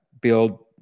build